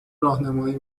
راهنمایی